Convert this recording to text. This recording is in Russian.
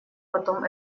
потом